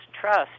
trust